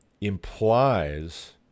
implies